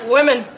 Women